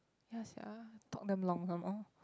ya sia talk damn long some more